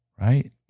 right